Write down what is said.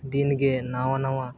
ᱫᱤᱱ ᱜᱮ ᱱᱟᱣᱟ ᱱᱟᱣᱟ